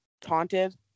taunted